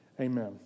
Amen